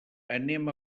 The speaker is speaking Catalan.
anem